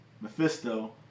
Mephisto